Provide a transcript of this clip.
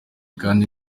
kandi